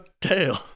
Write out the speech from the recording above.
tail